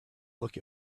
look